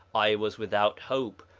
i was without hope,